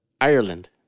Ireland